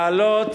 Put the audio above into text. לעלות